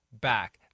back